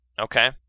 Okay